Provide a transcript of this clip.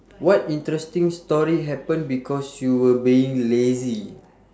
what interesting story happened because you were being lazy